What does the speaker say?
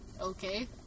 Okay